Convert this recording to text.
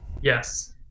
Yes